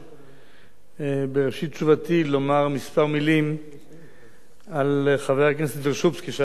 בראשית תשובתי לומר כמה מלים על חבר הכנסת וירשובסקי שהלך מאתנו היום.